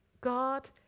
God